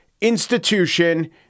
institution